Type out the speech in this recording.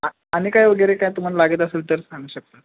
आ आणि काय वगैरे काय तुम्हाला लागत असेल तर सांगू शकता